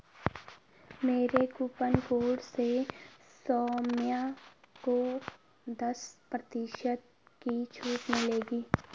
मेरे coupon code से सौम्य को दस प्रतिशत की छूट मिलेगी